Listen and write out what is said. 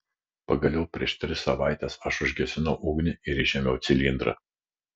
pagaliau prieš tris savaites aš užgesinau ugnį ir išėmiau cilindrą